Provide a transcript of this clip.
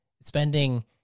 spending